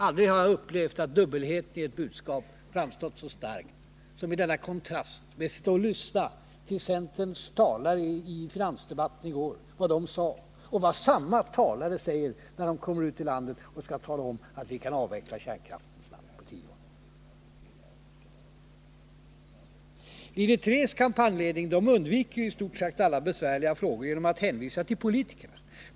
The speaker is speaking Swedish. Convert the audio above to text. Aldrig har jag upplevt att dubbelheten i ett budskap framstått så klart som i denna kontrast mellan att sitta och lyssna på vad centerns talare i finansdebatten säger och vad samma talare säger när de kommer ut i landet och skall tala om att vi kan avveckla kärnkraften snabbt på tio år. Linje 3:s kampanjledning undviker i stort sett alla besvärliga frågor genom att hänvisa till politikerna.